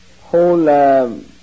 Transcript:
whole